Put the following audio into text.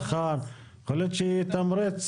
כיבוי אש,